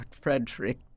Frederick